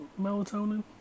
melatonin